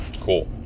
Cool